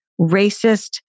racist